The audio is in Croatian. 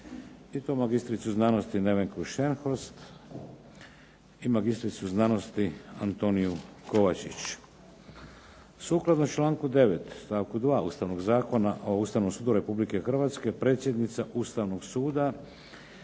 i to magistricu znanosti Nevenku Šenhorst, i magistricu znanosti Antoniju KOvačić. Sukladno članku 9. stavku 2. Ustavnog zakona o Ustavnom sudu Republike Hrvatske predsjednica Ustavnog suda